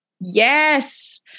Yes